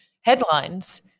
headlines